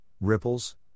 ripples